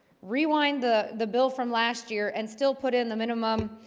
rewind the the bill from last year and still put in the minimum